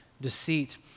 deceit